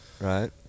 right